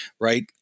right